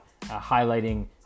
highlighting